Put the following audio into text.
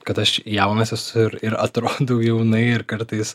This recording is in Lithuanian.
kad aš jaunas esu ir ir atrodau jaunai ir kartais